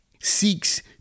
seeks